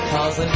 Cause